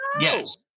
yes